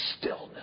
stillness